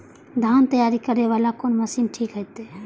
धान तैयारी करे वाला कोन मशीन ठीक होते?